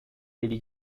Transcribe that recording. ele